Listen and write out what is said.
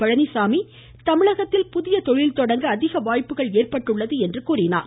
பழனிசாமி தமிழகத்தில் புதிய தொழில்தொடங்க அதிக வாய்ப்புகள் ஏற்பட்டுள்ளது என்றார்